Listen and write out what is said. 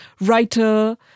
writer